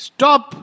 Stop